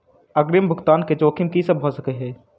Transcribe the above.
अग्रिम भुगतान केँ जोखिम की सब भऽ सकै हय?